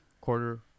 quarter